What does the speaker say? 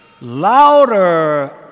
louder